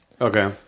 Okay